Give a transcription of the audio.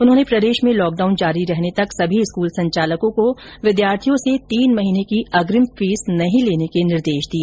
उन्होंने प्रदेश में लॉक डाउन जारी रहने तक सभी स्कूल संचालकों को विद्यार्थियों से तीन महीने की अग्रिम फीस नहीं लेने के निर्देश दिए